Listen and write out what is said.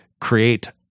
create